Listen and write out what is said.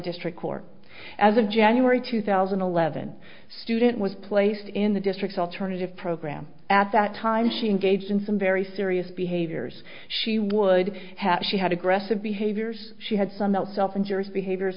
district court as of january two thousand and eleven student was placed in the district's alternative program at that time she engaged in some very serious behaviors she would have she had aggressive behaviors she had somewhat self injurious behaviors